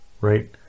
right